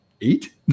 eight